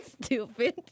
stupid